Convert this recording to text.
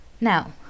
Now